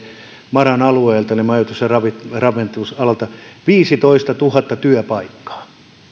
maran alueelta eli majoitus ja ravitsemusalalta viisitoistatuhatta työpaikkaa